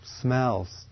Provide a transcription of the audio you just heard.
smells